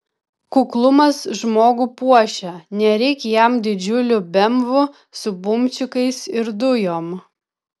kuklumas žmogų puošia nereik jam didžiulių bemvų su bumčikais ir dujom